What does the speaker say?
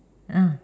ah